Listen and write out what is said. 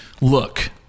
Look